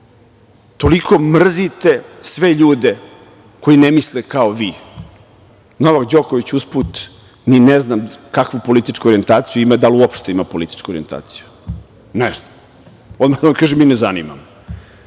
toliko mrzite sve ljude koji ne misle kao vi? Novak Đoković, usput, ni ne znam kakvu političku orijentaciju ima i da li uopšte ima političku orijentaciju. Ne znam, odmah da vam kažem i ne zanima